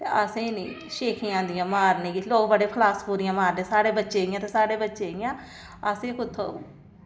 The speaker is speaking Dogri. ते असें गी निं शेखियां औंदियां मारने गी लोग बड़े फलासफुरियां मारदे साढ़े बच्चे इ'यां ते साढ़े बच्चे इ'यां असेंगी कुत्थूं